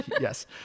Yes